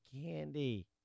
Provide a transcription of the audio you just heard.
candy